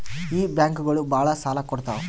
ಈ ಬ್ಯಾಂಕುಗಳು ಭಾಳ ಸಾಲ ಕೊಡ್ತಾವ